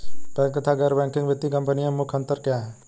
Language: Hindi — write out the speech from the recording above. बैंक तथा गैर बैंकिंग वित्तीय कंपनियों में मुख्य अंतर क्या है?